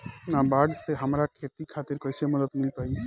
नाबार्ड से हमरा खेती खातिर कैसे मदद मिल पायी?